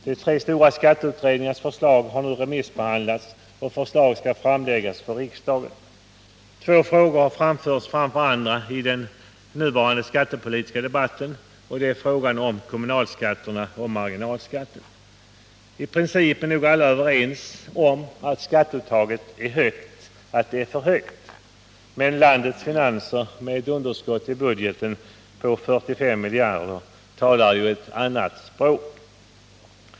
De tre stora skatteutredningarnas förslag har nu remissbehandlats, och förslag skall framläggas för riksdagen. Två frågor har framförts framför andra i den nu pågående skattepolitiska debatten. Det är kommunalskatterna och det är marginalskatten. I princip är nog alla överens om att skatteuttaget är för högt. Men landets finanser med ett underskott i budgeten på 45 miljarder talar ett annat språk.